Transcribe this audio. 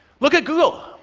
look at google,